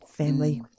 family